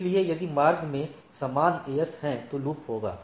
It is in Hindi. इसलिए यदि मार्ग में समान एएस है तो यह लूप होगा